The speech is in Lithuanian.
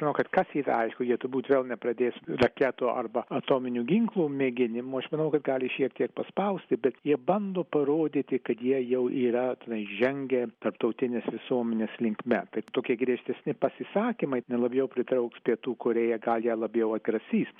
o kad kas yra aišku jie turbūt vėl nepradės raketų arba atominių ginklų mėginimų aš manau kad gali šiek tiek paspausti bet jie bando parodyti kad jie jau yra pažengę tarptautinės visuomenės linkme tai tokie griežtesni pasisakymai labiau pritrauks pietų korėją gal ją labiau atgrasys